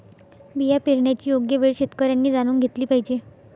बिया पेरण्याची योग्य वेळ शेतकऱ्यांनी जाणून घेतली पाहिजे